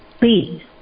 please